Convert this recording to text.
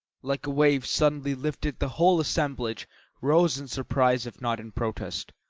like a wave suddenly lifted the whole assemblage rose in surprise if not in protest.